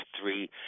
three